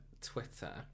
Twitter